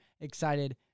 excited